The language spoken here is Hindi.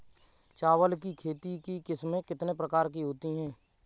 चावल की खेती की किस्में कितने प्रकार की होती हैं?